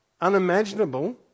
unimaginable